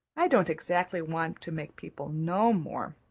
i don't exactly want to make people know more.